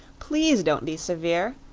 please don't be severe.